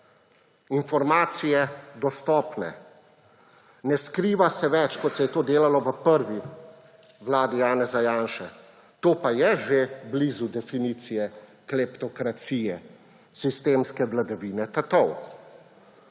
informacije dostopne. Ne skriva se več, kot se je to delalo v prvi vladi Janeza Janše, to pa je že blizu definicije kleptokracije, sistemske vladavine tatov.